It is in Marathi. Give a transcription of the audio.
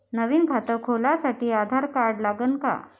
नवीन खात खोलासाठी आधार कार्ड लागन का?